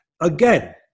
again